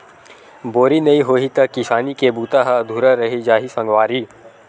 बोरी नइ होही त किसानी के बूता ह अधुरा रहि जाही सगवारी